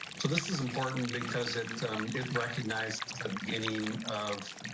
so this is important because it it recognized the beginning of